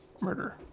murder